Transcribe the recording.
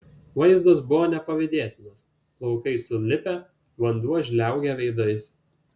vaizdas buvo nepavydėtinas plaukai sulipę vanduo žliaugia veidais